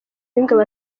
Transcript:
w’ingabo